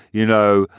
you know,